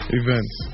events